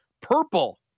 Purple